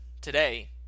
today